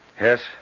Yes